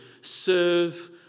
serve